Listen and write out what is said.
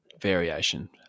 variation